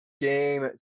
Game